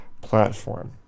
platform